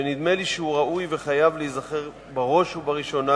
ונדמה לי שהוא ראוי וחייב להיזכר בראש ובראשונה